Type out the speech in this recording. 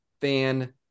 fan